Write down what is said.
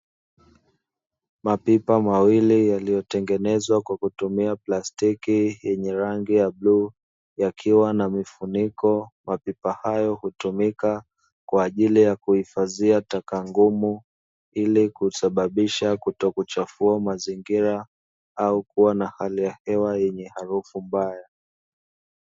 Mapipa mawili yaliyotengenezwa kwa kutumia plastiki yenye rangi ya bluu, yakiwa na mifuniko. Mapipa hayo hutumika kwaajili ya kuhifadhia taka ngumu ili kusababisha kutokuchafua mazingira au kuwa na hali ya hewa yenye harufu mbaya.